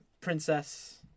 princess